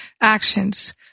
actions